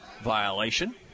violation